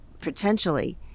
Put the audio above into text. potentially